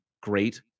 great